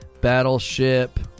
Battleship